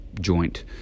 joint